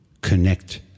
Connect